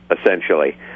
essentially